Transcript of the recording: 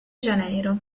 janeiro